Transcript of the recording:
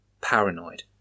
paranoid